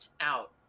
out